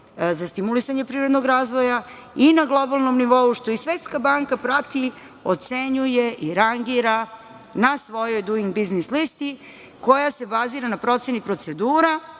za stimulisanje privrednog razvoja i na globalnom nivou, što i Svetska banka prati, ocenjuje i rangira na svojoj Duing biznis listi koja se bazira na proceni procedura,